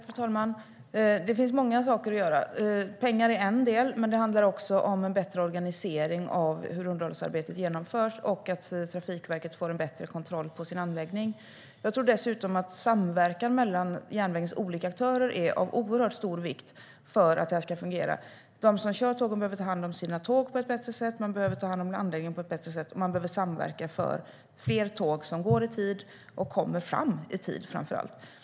Fru talman! Det finns många saker att göra. Pengar är en del, men det handlar också om bättre organisering av hur underhållsarbetet genomförs och att Trafikverket får bättre kontroll över sin anläggning. Jag tror dessutom att samverkan mellan järnvägens olika aktörer är av oerhört stor vikt för att det här ska fungera. De som kör tågen behöver ta hand om sina tåg på ett bättre sätt. Man behöver ta hand om anläggningen på ett bättre sätt, och man behöver samverka för fler tåg som går i tid och framför allt kommer fram i tid.